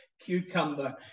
cucumber